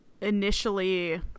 initially